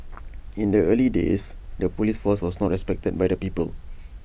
in the early days the Police force was not respected by the people